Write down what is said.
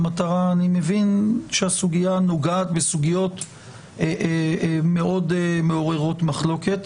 אני מבין שהסוגייה נוגעת בסוגיות מאוד מעוררות מחלוקת.